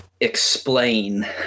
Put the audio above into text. explain